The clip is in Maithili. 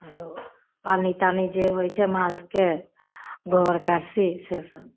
आरो पानि तानी जे होइ छै मालके गोबर करसी से सभ